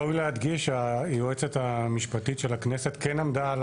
ראוי להדגיש שהיועצת המשפטית של הכנסת כן עמדה על